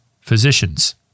physicians